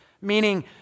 Meaning